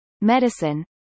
medicine